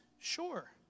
Sure